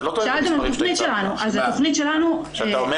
שאלתם על התכנית שלנו ------ כשאתה אומר